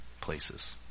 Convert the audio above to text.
places